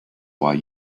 why